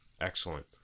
Excellent